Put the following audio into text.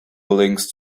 buildings